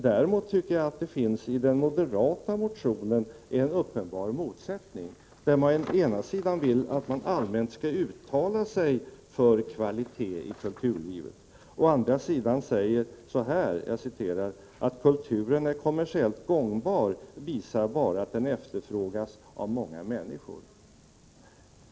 Däremot tycker jag att det i den moderata motionen finns en uppenbar motsättning. Å ena sidan vill moderaterna att man allmänt skall uttala sig för kvalitet i kulturlivet. Å andra sidan säger de: Att kulturen är kommersiellt gångbar visar bara att den efterfrågas av många människor.